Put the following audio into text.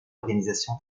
organisation